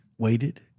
Waited